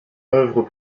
œuvre